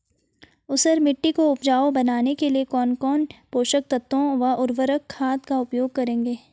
ऊसर मिट्टी को उपजाऊ बनाने के लिए कौन कौन पोषक तत्वों व उर्वरक खाद का उपयोग करेंगे?